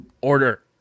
order